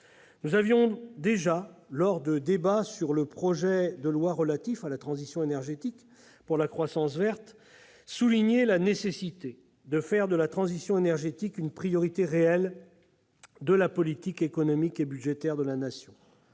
Nous avions déjà, lors des débats sur le projet de loi relatif à la transition énergétique pour la croissance verte, souligné la nécessité de faire de la transition énergétique une priorité réelle de la politique économique et budgétaire de la Nation.